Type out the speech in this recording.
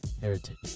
heritage